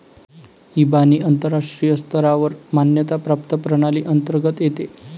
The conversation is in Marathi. इबानी आंतरराष्ट्रीय स्तरावर मान्यता प्राप्त प्रणाली अंतर्गत येते